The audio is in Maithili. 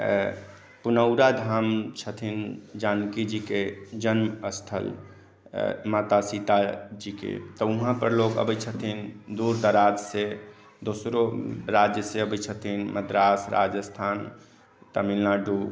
पुनौरा धाम छथिन जानकी जी के जन्म स्थल माता सीता जी के तऽ ऊहाँ पर लोग अबै छथिन दूर दराज से दोसरो राज्य से अबै छथिन मद्रास राजस्थान तमिलनाडू